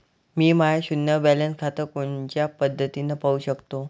मी माय शुन्य बॅलन्स खातं कोनच्या पद्धतीनं पाहू शकतो?